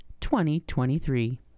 2023